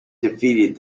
defeated